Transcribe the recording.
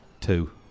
Two